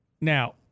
Now